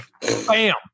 bam